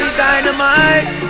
dynamite